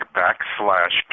backslash